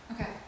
Okay